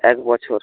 এক বছর